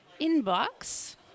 inbox